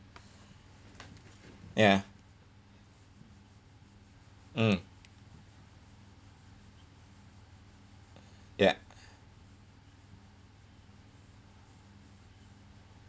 ya mm ya